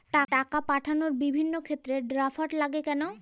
টাকা পাঠানোর বিভিন্ন ক্ষেত্রে ড্রাফট লাগে কেন?